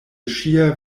ŝia